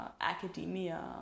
academia